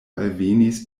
alvenis